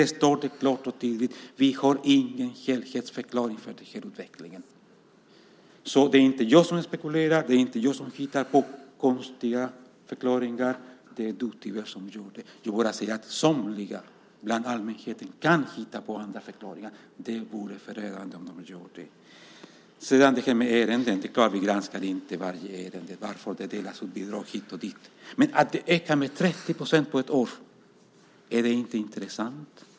Det står klart och tydligt: Vi har ingen helhetsförklaring till den här utvecklingen. Det är alltså inte jag som spekulerar och det är inte jag som hittar på konstiga förklaringar. Det är tyvärr du som gör det. Jag säger bara att somliga bland allmänheten kan hitta andra förklaringar. Det vore förödande om de gjorde det. Sedan har vi det här med ärenden. Det är klart att vi inte granskar varje ärende - varför det delas ut bidrag hit och dit. Men är inte en ökning med 30 % på ett år intressant?